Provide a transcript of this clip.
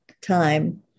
time